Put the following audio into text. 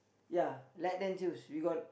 ya let them choose we got